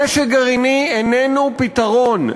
נשק גרעיני איננו פתרון.